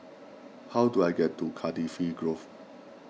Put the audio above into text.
how do I get to Cardifi Grove